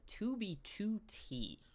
2b2t